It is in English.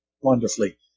wonderfully